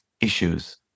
issues